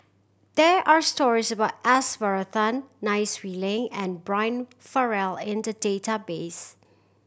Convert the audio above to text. there are stories about S Varathan Nai Swee Leng and Brian Farrell in the database